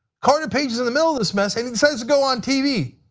carter page in the middle of this mess and decides to go on tv.